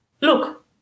Look